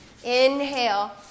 inhale